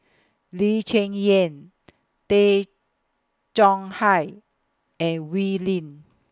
Lee Cheng Yan Tay Chong Hai and Wee Lin